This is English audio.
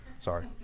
Sorry